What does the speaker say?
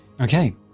Okay